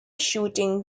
shooting